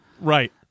Right